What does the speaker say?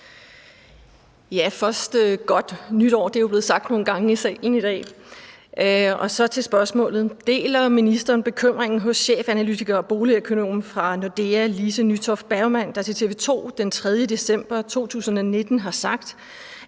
jeg sige godt nytår. Det er jo blevet sagt nogle gange i salen i dag. Og så til spørgsmålet: Deler ministeren bekymringen hos chefanalytiker og boligøkonom fra Nordea Lise Nytoft Bergmann, der til TV2 den 3. december 2019 har sagt,